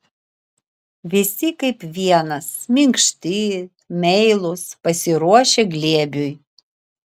visi kaip vienas minkšti meilūs pasiruošę glėbiui